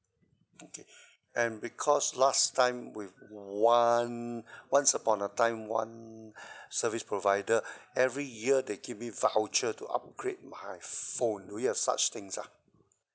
okay and because last time with one once upon a time one service provider every year they give me voucher to upgrade my phone do you have such things ah